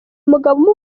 mugabo